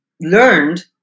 learned